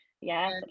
Yes